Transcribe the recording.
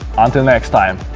until next time!